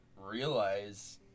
realize